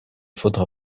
faudra